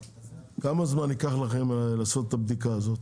כמה זמן ייקח לכם לעשות את הבדיקה הזאת?